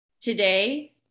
today